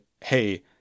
hey